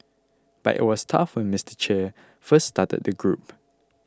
but it was tough when Mister Che first started the group